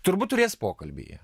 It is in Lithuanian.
turbūt turės pokalbį jie